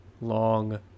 long